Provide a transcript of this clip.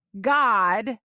God